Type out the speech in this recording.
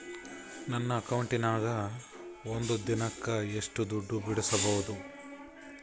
ನನ್ನ ಅಕೌಂಟಿನ್ಯಾಗ ಒಂದು ದಿನಕ್ಕ ಎಷ್ಟು ದುಡ್ಡು ಬಿಡಿಸಬಹುದು?